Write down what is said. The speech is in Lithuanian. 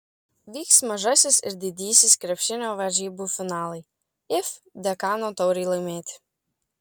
vyks mažasis ir didysis krepšinio varžybų finalai if dekano taurei laimėti